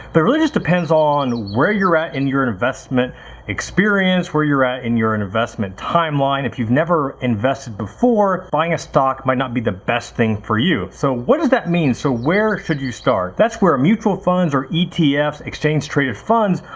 but it really just depends on where you're at in your investment experience, where you're at in your investment timeline, if you never invested before, buying a stock might not be the best thing for you. so what does that mean, so where should you start. that's where mutual funds or etfs, exchange traded funds,